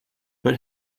but